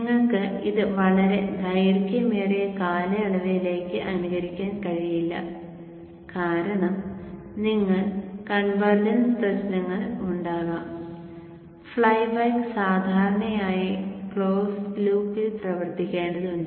നിങ്ങൾക്ക് ഇത് വളരെ ദൈർഘ്യമേറിയ കാലയളവിലേക്ക് അനുകരിക്കാൻ കഴിയില്ല കാരണം നിങ്ങൾക്ക് കൺവെർജൻസ് പ്രശ്നങ്ങൾ ഉണ്ടാകാം ഫ്ലൈബാക്ക് സാധാരണയായി ക്ലോസ് ലൂപ്പിൽ പ്രവർത്തിപ്പിക്കേണ്ടതുണ്ട്